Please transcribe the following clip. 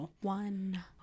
one